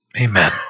Amen